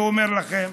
ואומר לכם,